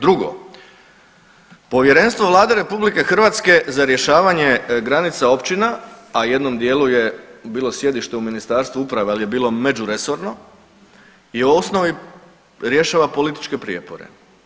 Drugo, Povjerenstvo Vlade RH za rješavanje granica općina, a u jednom dijelu je bilo sjedište u Ministarstvu uprave, al je bilo međuresorno i u osnovi rješava političke prijepore.